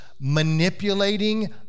manipulating